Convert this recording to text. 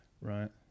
right